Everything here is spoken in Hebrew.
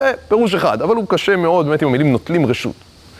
פירוש אחד, אבל הוא קשה מאוד, באמת, אם המילים נוטלים רשות.